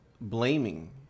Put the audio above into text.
blaming